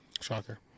Shocker